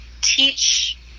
teach